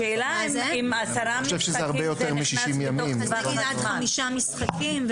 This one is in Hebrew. אז עד חמישה משחקים,